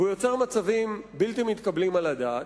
והוא יוצר מצבים בלתי מתקבלים על הדעת,